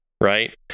right